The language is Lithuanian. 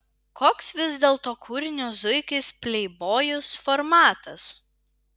koks vis dėlto kūrinio zuikis pleibojus formatas